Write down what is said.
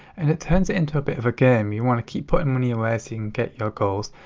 and it turns it into a bit of a game. you wanna keep putting money away so you can get your goals.